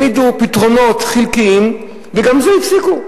העמידו פתרונות חלקיים, וגם זה הפסיקו.